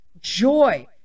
joy